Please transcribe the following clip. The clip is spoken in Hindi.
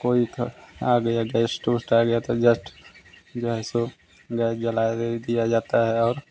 कोई तो आ गया गेस्ट उस्ट आ गया तो जस्ट गैस वह गैस जलाया दिया जाता है और